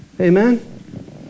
Amen